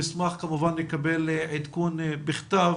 נשמח כמובן לקבל עדכון בכתב